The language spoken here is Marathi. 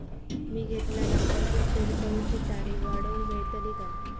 मी घेतलाला कर्ज फेड करूची तारिक वाढवन मेलतली काय?